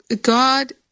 God